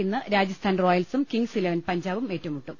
ഇന്ന് രാജസ്ഥാൻ റോയൽസും kings eleven പഞ്ചാബും ഏറ്റു മുട്ടും